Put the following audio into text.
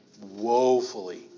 woefully